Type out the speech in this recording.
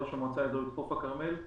ראש המועצה האזורית חוף הכרמל.